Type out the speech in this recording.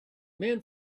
men